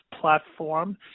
platform